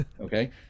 Okay